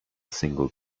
single